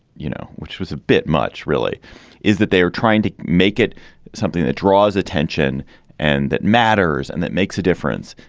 you know, which was a bit much really is that they are trying to make it something that draws attention and that matters and that makes a difference.